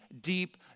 deep